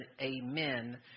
amen